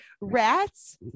Rats